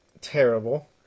terrible